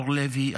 אור לוי,